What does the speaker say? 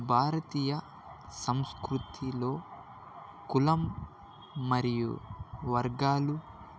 భారతీయ సంస్కృతిలో కులం మరియు వర్గాలు